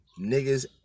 Niggas